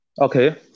Okay